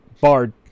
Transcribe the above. bard